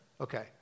Okay